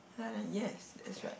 then I like yes that's right